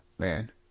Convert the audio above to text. Man